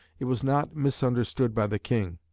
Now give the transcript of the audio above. it was not misunderstood by the king.